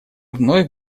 вновь